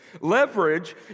Leverage